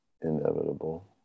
inevitable